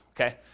okay